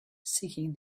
seeking